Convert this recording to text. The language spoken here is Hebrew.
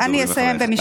אנא ממך.